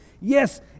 yes